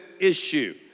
issue